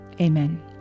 Amen